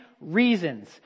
reasons